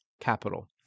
capital